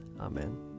Amen